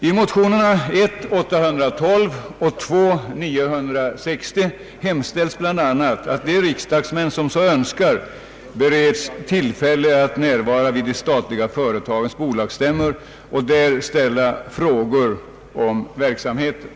I motionerna I: 812 och II: 960 hemställs bl.a. att de riksdagsmän som så önskar bereds tillfälle att närvara vid de statliga företagens bolagsstämmor och där ställa frågor om verksamheten.